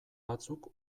batzuk